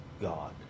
God